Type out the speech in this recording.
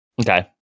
Okay